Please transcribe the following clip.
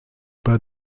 pas